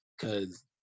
Cause